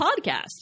podcast